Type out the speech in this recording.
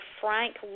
frank